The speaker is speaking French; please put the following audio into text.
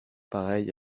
pareil